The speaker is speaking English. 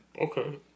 Okay